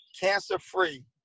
cancer-free